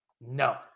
No